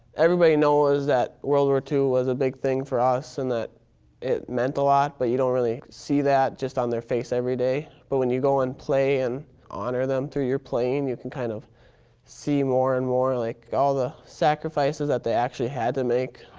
everybody knows that world war ii was a big thing for us and that it meant a lot, but you don't really see that just on their face every day. but, when you go and play and honor them through your playing, you can kind of see more and more, like, all the sacrifices that they actually had to make.